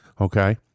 Okay